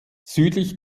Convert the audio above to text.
südlich